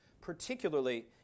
particularly